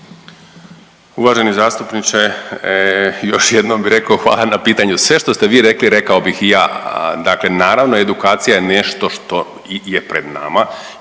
Uvaženi zastupniče još jednom bih rekao hvala na pitanju. Sve što ste vi rekli rekao bih i ja. Dakle, naravno edukacija je nešto što je pred nama